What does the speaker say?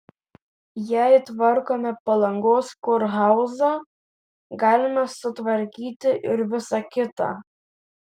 jei tvarkome palangos kurhauzą galime sutvarkyti ir visa kita